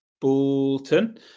Bolton